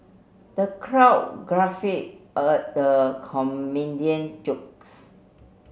the crowd the comedian jokes